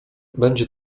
będzie